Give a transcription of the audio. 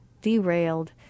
derailed